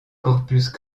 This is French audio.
corpus